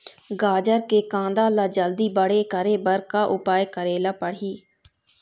गाजर के कांदा ला जल्दी बड़े करे बर का उपाय करेला पढ़िही?